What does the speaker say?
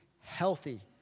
healthy